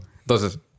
Entonces